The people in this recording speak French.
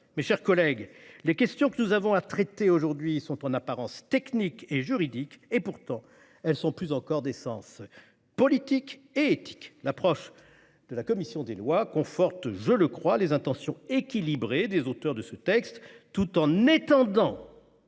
Mes chers collègues, les questions que nous avons à traiter aujourd'hui sont en apparence techniques et juridiques ; pourtant elles sont plus encore d'essence politique et éthique. L'approche de la commission des lois conforte, je le crois, les intentions équilibrées des auteurs de ce texte, tout en étendant